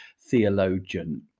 theologian